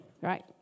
right